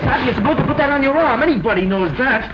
us that on your arm anybody know that